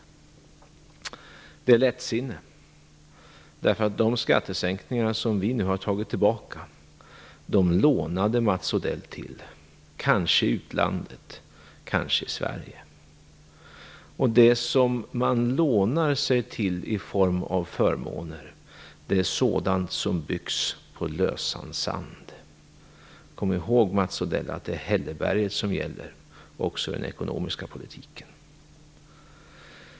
Detta är lättsinne, därför att de skattesänkningar som vi nu har tagit tillbaka lånade Mats Odell till - kanske i utlandet, kanske i Sverige. Det man lånar sig till i form av förmåner är sådant som byggs på lösan sand. Kom ihåg, Mats Odell, att det är hälleberget som gäller också i den ekonomiska politiken!